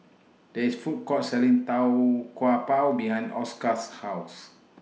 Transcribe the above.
There IS Food Court Selling Tau Kwa Pau behind Oscar's House